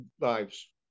lives